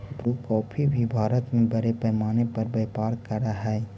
Bru coffee भी भारत में बड़े पैमाने पर व्यापार करअ हई